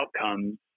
outcomes